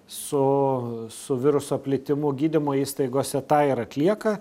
su su viruso plitimu gydymo įstaigose tą ir atlieka